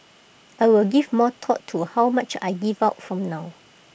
I will give more thought to how much I give out from now